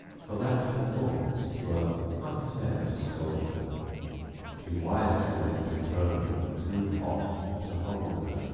for that performance twere unfair to scold her she wisely left a throne too hot to hold her.